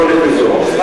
זה פעם ראשונה,